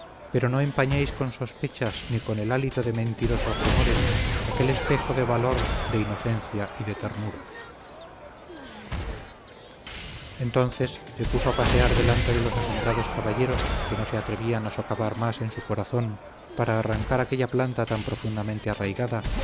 pero no empañéis con sospechas ni con el hálito de mentirosos rumores aquel espejo de valor de inocencia y de ternura entonces se puso a pasear delante de los asombrados caballeros que no se atrevían a socavar más en su corazón para arrancar aquella planta tan profundamente arraigada